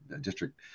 district